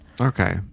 Okay